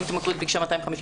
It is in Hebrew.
אם התכנית המקורית ביקשה 250,